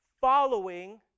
Following